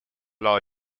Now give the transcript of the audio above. law